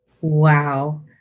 Wow